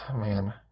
man